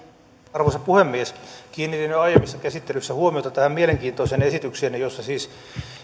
arvoisa puhemies kiinnitin jo aiemmissa käsittelyissä huomiota tähän mielenkiintoiseen esitykseen jossa siis